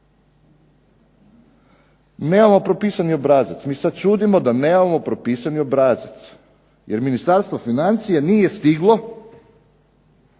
Nemamo propisani obrazac. Mi se sad čudimo da nemamo propisani obrazac, jer Ministarstvo financija nije stiglo,